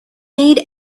made